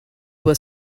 were